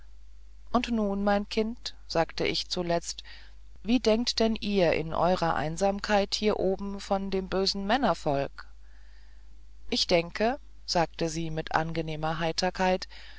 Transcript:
und nun mein kind sagt ich zuletzt wie denkt denn ihr in eurer einsamkeit hier oben von diesem bösen männervolk ich denke sagte sie mit angenehmer heiterkeit